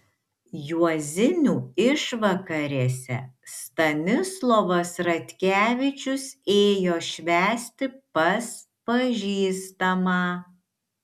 juozinių išvakarėse stanislovas ratkevičius ėjo švęsti pas pažįstamą